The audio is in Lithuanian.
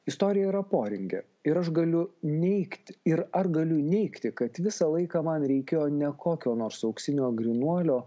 istorija yra poringė ir aš galiu neigti ir ar galiu neigti kad visą laiką man reikėjo ne kokio nors auksinio grynuolio